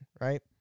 right